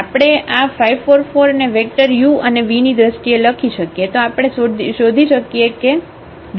તેથી જો આપણે આ 544 ને વેક્ટર u અને v ની દ્રષ્ટિએ લખી શકીએ તો આપણે શોધી શકીએ કે W ની F શું છે